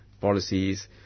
policies